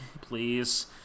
Please